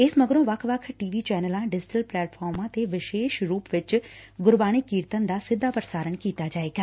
ਇਸ ਮਗਰੋਂ ਵੱਖ ਵੱਖ ਟੀ ਵੀ ਚੈਨਲਾ ਡਿਜੀਟਲ ਪਲੈਟਫਾਰਮਾਂ ਤੇ ਵਿਸ਼ੇਸ਼ ਰੁਪ ਚ ਗੁਰਬਾਣੀ ਕੀਰਤਨ ਦਾ ਸਿੱਧਾ ਪੁਸਾਰਣ ਕੀਤਾ ਜਾਵੇਗਾ